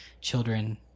children